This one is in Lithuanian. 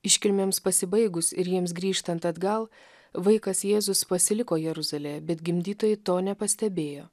iškilmėms pasibaigus ir jiems grįžtant atgal vaikas jėzus pasiliko jeruzalėje bet gimdytojai to nepastebėjo